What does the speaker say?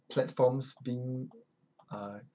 platforms being uh